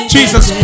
Jesus